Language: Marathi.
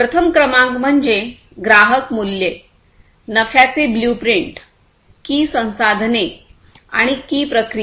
प्रथम क्रमांक म्हणजे ग्राहक मूल्ये नफ्याचे ब्लूप्रिंट की संसाधने आणि की प्रक्रिया